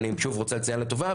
אני שוב רוצה לציין לטובה,